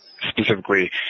specifically